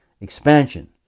expansion